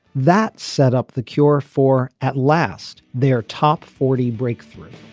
that set up the cure for at last their top forty breakthrough